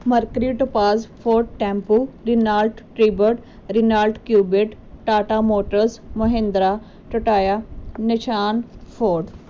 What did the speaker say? ਮਰਕਰੀਟ ਪਾਜ Force Tempo Renault Triber Renault Kwid Tata Motors Mahindra Toyota Nissan ਫੋਟ